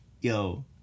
yo